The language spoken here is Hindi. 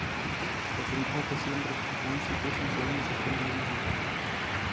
वसुंधरा कृषि यंत्र की कौनसी कृषि मशीनरी सबसे महंगी है?